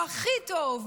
הוא הכי טוב,